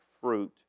fruit